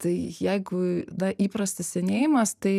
tai jeigu na įprastas senėjimas tai